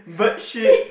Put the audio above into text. bird shit